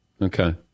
Okay